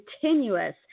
continuous